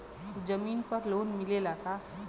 जमीन पर लोन मिलेला का?